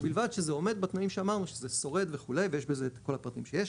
ובלבד שזה עומד בתנאים שאמרנו שזה שורד וכו' ויש בזה את כל הפרטים שיש.